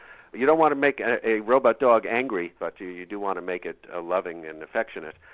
you don't want to make a robot dog angry but you you do want to make it ah loving and affectionate,